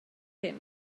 hŷn